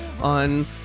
on